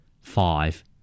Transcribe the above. Five